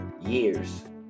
years